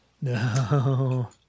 no